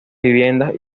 viviendas